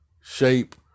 shape